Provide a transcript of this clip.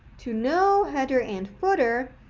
to no header and footer,